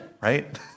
right